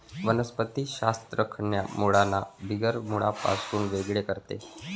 वनस्पति शास्त्र खऱ्या मुळांना बिगर मुळांपासून वेगळे करते